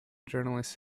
journalists